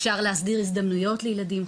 אפשר להסדיר הזדמנויות לילדים חולים.